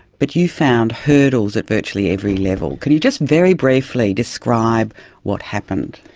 but you found hurdles at virtually every level. can you just very briefly describe what happened?